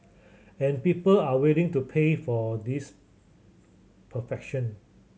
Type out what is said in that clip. and people are willing to pay for this perfection